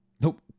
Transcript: Nope